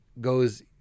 goes